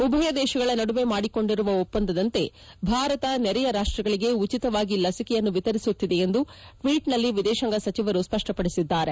ಉಭಯ ದೇಶಗಳ ನಡುವೆ ಮಾಡಿಕೊಂಡಿರುವ ಒಪ್ಪಂದದಂತೆ ಭಾರತ ನೆರೆಯ ರಾಷ್ಟಗಳಿಗೆ ಉಚಿತವಾಗಿ ಲಸಿಕೆಯನ್ನು ವಿತರಿಸುತ್ತಿದೆ ಎಂದು ಟ್ವೀಟ್ನಲ್ಲಿ ವಿದೇಶಾಂಗ ಸಚಿವರು ಸ್ಪಷ್ಟಪಡಿಸಿದ್ದಾರೆ